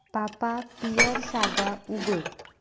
पापा पियर सागा उगड